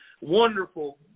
wonderful